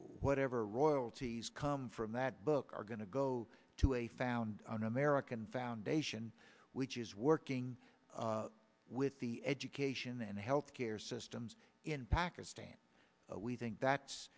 whatever royalties come from that book are going to go to a found an american foundation which is working with the education and healthcare systems in pakistan we think that's